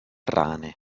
rane